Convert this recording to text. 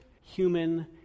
human